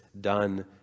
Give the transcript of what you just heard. done